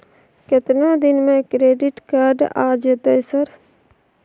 केतना दिन में क्रेडिट कार्ड आ जेतै सर?